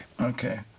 Okay